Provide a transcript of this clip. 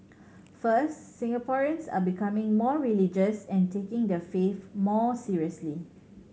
first Singaporeans are becoming more religious and taking their faith more seriously